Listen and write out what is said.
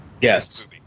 Yes